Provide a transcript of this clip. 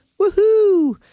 woohoo